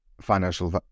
financial